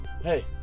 hey